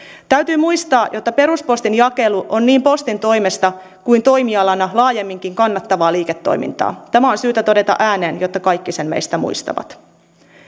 täytyy muistaa että peruspostin jakelu on niin postin toimesta kuin toimialana laajemminkin kannattavaa liiketoimintaa tämä on syytä todeta ääneen jotta kaikki meistä sen muistavat